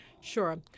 Sure